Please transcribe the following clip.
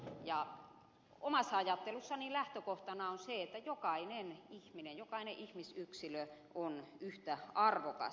omassa ajattelussani lähtökohtana on se että jokainen ihminen jokainen ihmisyksilö on yhtä arvokas